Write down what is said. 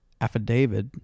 affidavit